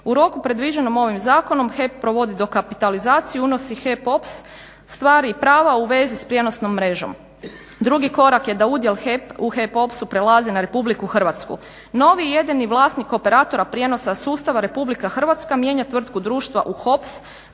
U roku predviđenom ovim zakonom HEP provodi dokapitalizaciju, unosi HEP OPS stvari i prava u vezi s prijenosnom mrežom. Drugi korak je da udjel u HEP OPS-u prelazi na Republiku Hrvatsku. Novi i jedini vlasnik operatora prijenosa sustava Republika Hrvatska mijenja tvrtku društva u HOPS,